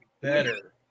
better